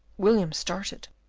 william started.